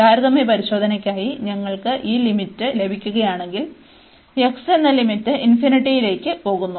താരതമ്യ പരിശോധനയ്ക്കായി ഞങ്ങൾക്ക് ഈ ലിമിറ്റ് ലഭിക്കുകയാണെങ്കിൽ x എന്ന ലിമിറ്റ്ലേക്ക് പോകുന്നു